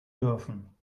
dürfen